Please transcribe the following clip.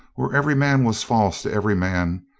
where every man was false to every man,